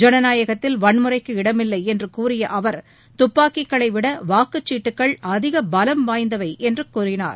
ஜனநாயகத்தில் வன்முறைக்கு இடமில்லை என்று கூறிய அவர் தப்பாக்கிகளைவிட வாக்குச்சீட்டுகள் அதிக பலம் வாய்ந்தவை என்றார்